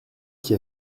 qui